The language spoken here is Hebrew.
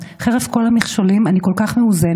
חרף כל המכשולים אני כל כך מאוזנת,